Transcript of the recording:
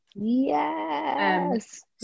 yes